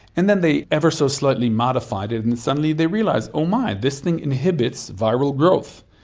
and then they ever so slightly modified it and suddenly they realised, oh my, this thing inhibits viral growth.